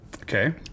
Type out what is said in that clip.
Okay